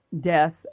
death